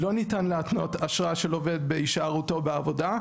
לא ניתן להתנות אשרה של עובד בהישארותו בעבודה,